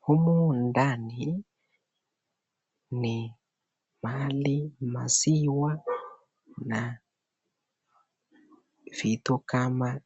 Humu ndani ni mahali maziwa na vitu kama